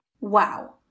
Wow